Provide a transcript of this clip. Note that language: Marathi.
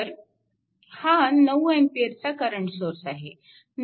तर हा 9A चा करंट सोर्स आहे